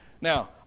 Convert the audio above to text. Now